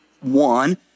one